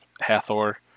Hathor